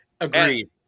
Agreed